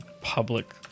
Public